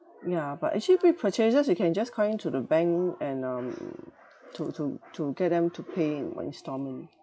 ya but actually big purchases you can just call in to the bank and um to to to get them to pay by instalment